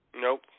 nope